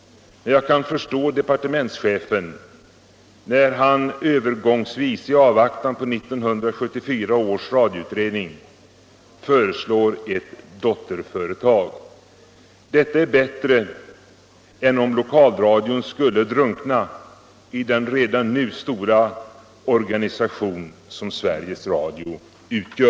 Men jag kan förstå departementschefen när han övergångsvis, i avvaktan på betänkåndet från 1974 års radioutredning, föreslår ett dotterföretag. Detta är bättre än om lokalradion skulle drunkna i den redan nu stora organisation som Sveriges Radio utgör.